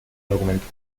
argumento